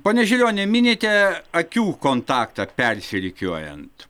pone žilioni minite akių kontaktą persirikiuojant